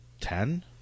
ten